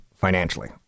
financially